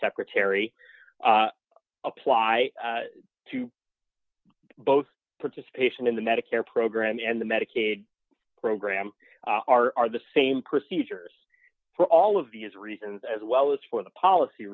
secretary apply to both participation in the medicare program and the medicaid program are the same procedures for all of these reasons as well as for the policy